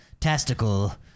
tastical